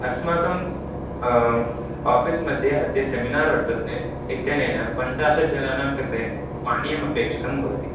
अस्माकं आफ़ीस् मध्ये अद्य सेमिनार् वर्तते इत्यनेन पञ्चाशत् जनानां कृते पानीयमपेक्षितं भवति